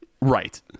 Right